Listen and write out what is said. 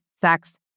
sex